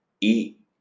eat